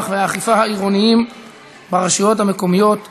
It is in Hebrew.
והאכיפה העירוניים ברשויות המקומיות (תעבורה),